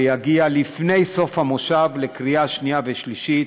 והוא יגיע לפני סוף המושב לקריאה שנייה ושלישית,